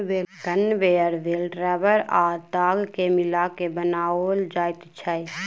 conveyor belt रबड़ आ ताग के मिला के बनाओल जाइत छै